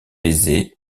aisée